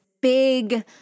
big